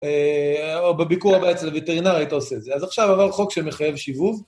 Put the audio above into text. או בביקור הבא אצל הווטרינאר היית עושה את זה, אז עכשיו אמר חוק שמחייב שיבוב.